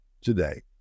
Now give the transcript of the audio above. today